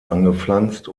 angepflanzt